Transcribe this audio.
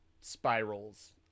spirals